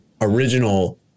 original